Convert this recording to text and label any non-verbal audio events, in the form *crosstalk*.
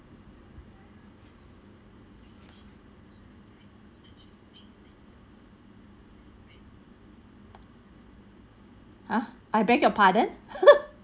ah I beg your pardon *laughs*